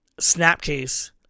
Snapcase